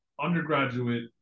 undergraduate